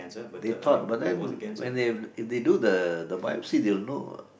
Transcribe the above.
they thought but then when they if they do the biopsy they'll know